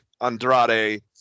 Andrade